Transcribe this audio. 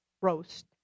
roast